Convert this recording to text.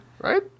right